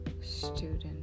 student